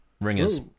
ringers